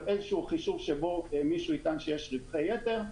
איזשהו חישוב שבו מישהו יטען שיש רווחי יתר.